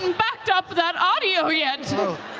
backed up that audio yet!